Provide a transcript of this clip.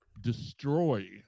destroy